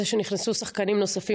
חמד,